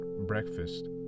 breakfast